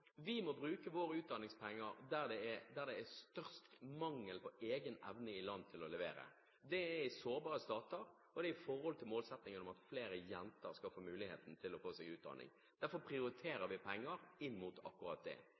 vi skal si én ting, så tenker jeg som så: Vi må bruke våre utdanningspenger i land der det er størst mangel på egen evne til å levere. Det er i sårbare stater, og det gjelder målsettingen om at flere jenter skal få muligheten til å få utdanning. Derfor prioriterer vi penger inn mot akkurat det.